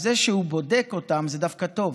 זה שהוא בודק אותם זה דווקא טוב,